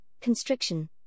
constriction